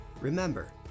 Remember